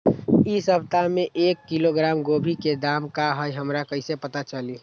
इ सप्ताह में एक किलोग्राम गोभी के दाम का हई हमरा कईसे पता चली?